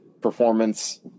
performance